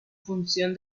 función